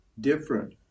different